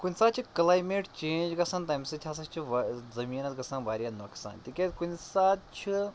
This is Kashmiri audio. کُنہِ ساتہٕ چھُ کٕلایمیٹ چینٛج گژھان تَمہِ سۭتۍ ہَسا چھِ وا زٔمیٖنَس گژھان واریاہ نۄقصان تِکیٛازِ کُنہِ ساتہٕ چھِ